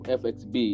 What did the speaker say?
fxb